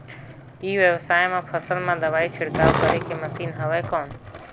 ई व्यवसाय म फसल मा दवाई छिड़काव करे के मशीन हवय कौन?